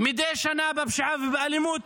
מדי שנה בפשיעה ובאלימות